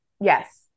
Yes